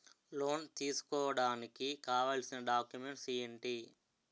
Loan తీసుకోడానికి కావాల్సిన documents ఎంటి?